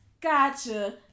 Gotcha